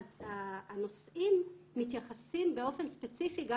הנושאים מתייחסים באופן ספציפי גם